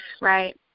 right